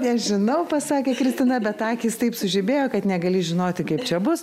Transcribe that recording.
nežinau pasakė kristina bet akys taip sužibėjo kad negali žinoti kaip čia bus